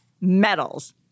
medals